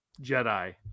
Jedi